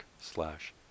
slash